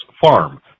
farm